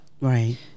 Right